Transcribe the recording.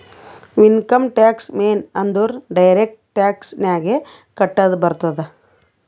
income tax ಮೇನ್ ಅಂದುರ್ direct tax ನಾಗೆ ಕಟ್ಟದ್ ಬರ್ತುದ್